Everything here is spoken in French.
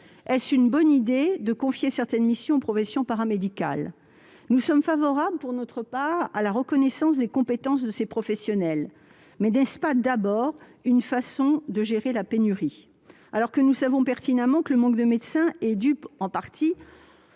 Est-ce une bonne idée de confier certaines missions aux professions paramédicales ? Pour notre part, nous sommes favorables à la reconnaissance des compétences de ces dernières. Mais n'est-ce pas d'abord une façon de gérer la pénurie alors que nous savons pertinemment que le manque de médecins est dû en partie